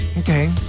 Okay